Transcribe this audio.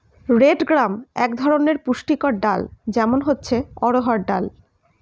red gram এক ধরনের পুষ্টিকর ডাল, যেমন হচ্ছে অড়হর ডাল